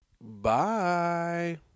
Bye